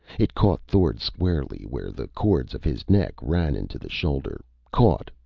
it caught thord squarely where the cords of his neck ran into the shoulder caught,